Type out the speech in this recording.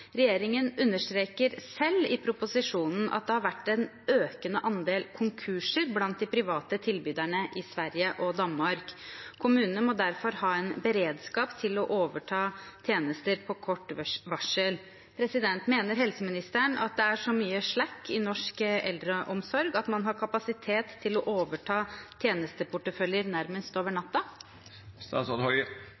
Regjeringen understreker selv i proposisjonen at det har vært en økende andel konkurser blant de private tilbyderne i Sverige og Danmark. Kommunene må derfor ha en beredskap til å overta tjenester på kort varsel. Mener helseministeren det er så mye slakk i norsk eldreomsorg at man har kapasitet til å overta tjenesteporteføljer nærmest over